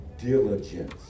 diligence